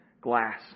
glass